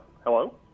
Hello